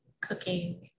cooking